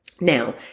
Now